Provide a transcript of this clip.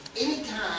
anytime